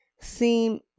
seem